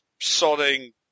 sodding